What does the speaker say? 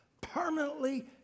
Permanently